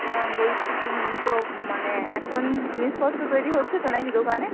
হ্যাঁ বলছি তো তো মানে এখন জিনিসপত্র তৈরি হচ্ছে তো নাকি দোকানে